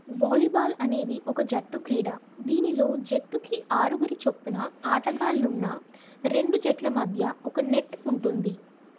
volleyball అనేది ఒక జట్టు క్రీడ దీనిలో జట్టుకి ఆరుగురి చొప్పున ఆటగాళ్ళున్న రెండు జట్ల మధ్యలో ఒక నెట్ ఉంటుంది